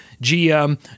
GM